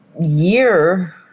year